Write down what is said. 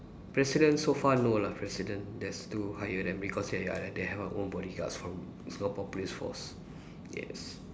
president so far no lah president there's to hire them because they have their they have their own bodyguards from Singapore police force yes